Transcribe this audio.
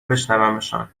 بشنومشان